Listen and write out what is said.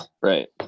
Right